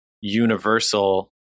universal